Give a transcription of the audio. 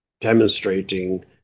demonstrating